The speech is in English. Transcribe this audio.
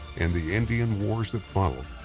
and the indian wars that followed,